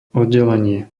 oddelenie